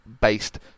based